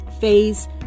phase